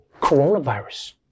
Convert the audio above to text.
Coronavirus